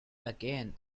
again